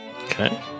Okay